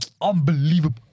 Unbelievable